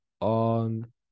on